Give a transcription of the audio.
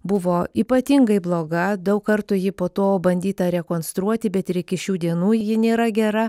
buvo ypatingai bloga daug kartų jį po to bandyta rekonstruoti bet iki šių dienų ji nėra gera